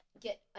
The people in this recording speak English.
get